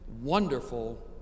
wonderful